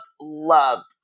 loved